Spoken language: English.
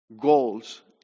goals